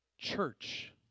church